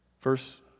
Verse